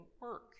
work